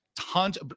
tons